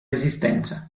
resistenza